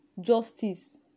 justice